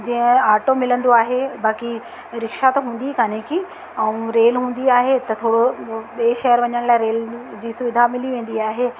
जीअं ऑटो मिलंदो आहे बाक़ी रिक्शा त हूंदी ई कोन्हे कि ऐं रेल हूंदी आहे त थोरो ॿिए शहर वञण लाइ रेल जी सुविधा मिली वेंदी आहे